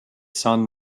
sun